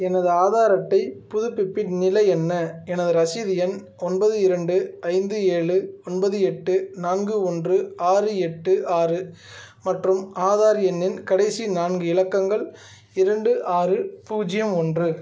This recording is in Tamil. எனது ஆதார் அட்டை புதுப்பிப்பின் நிலை என்ன எனது ரசீது எண் ஒன்பது இரண்டு ஐந்து ஏழு ஒன்பது எட்டு நான்கு ஒன்று ஆறு எட்டு ஆறு மற்றும் ஆதார் எண்ணின் கடைசி நான்கு இலக்கங்கள் இரண்டு ஆறு பூஜ்ஜியம் ஒன்று